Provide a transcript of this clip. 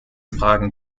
fragen